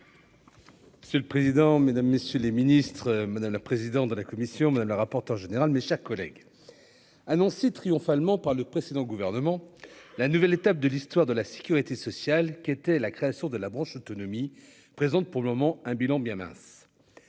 C'est le président, mesdames, messieurs les ministres, madame la présidente de la commission madame le rapporteur général, mes chers collègues annoncé triomphalement par le précédent gouvernement, la nouvelle étape de l'histoire de la sécurité sociale qui était la création de la branche autonomie présente pour le moment un bilan bien mince,